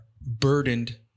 burdened